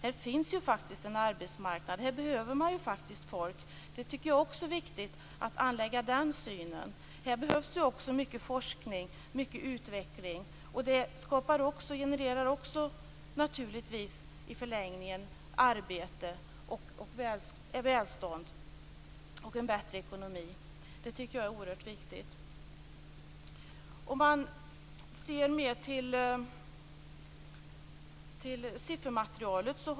Här finns faktiskt en arbetsmarknad. Här behövs ju folk. Det är också viktigt att anlägga den synen. Här behövs också mycket forskning och utveckling, och det genererar naturligtvis i förlängningen arbete, välstånd och en bättre ekonomi. Det är oerhört viktigt.